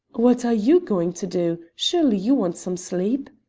what are you going to do? surely you want some sleep?